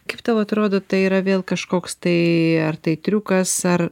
kaip tau atrodo tai yra vėl kažkoks tai ar tai triukas ar